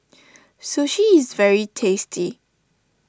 Sushi is very tasty